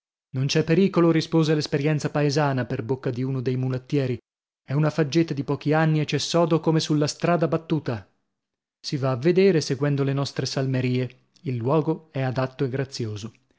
faggi non c'è pericolo rispose l'esperienza paesana per bocca di uno dei mulattieri è una faggeta di pochi anni e c'è sodo come sulla strada battuta si va a vedere seguendo le nostre salmerie il luogo è adatto e grazioso